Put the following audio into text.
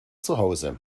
zuhause